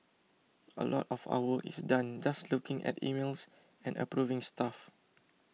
a lot of our work is done just looking at emails and approving stuff